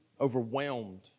Overwhelmed